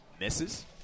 Misses